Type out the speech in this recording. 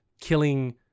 killing